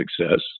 success